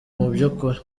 mubyukuri